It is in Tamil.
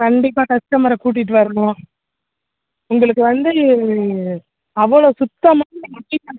கண்டிப்பாக கஸ்டமரை கூட்டிட்டு வரணும் உங்களுக்கு வந்து அவ்வளோ சுத்தமாக